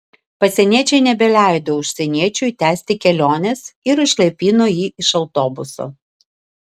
pasieniečiai nebeleido užsieniečiui tęsti kelionės ir išlaipino jį iš autobuso